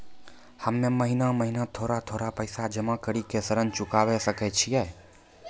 हम्मे महीना महीना थोड़ा थोड़ा पैसा जमा कड़ी के ऋण चुकाबै सकय छियै?